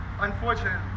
unfortunately